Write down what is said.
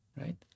right